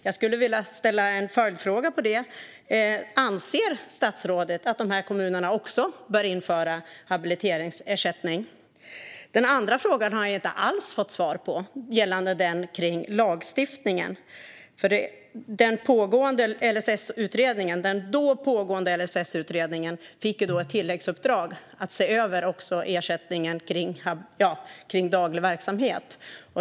Jag skulle vilja ställa en följdfråga på det: Anser statsrådet att också de här kommunerna bör införa habiliteringsersättning? Den andra frågan, gällande lagstiftningen, har jag inte alls fått svar på. Den då pågående LSS-utredningen fick ett tilläggsuppdrag att se över ersättningen för daglig verksamhet.